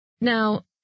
Now